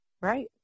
Right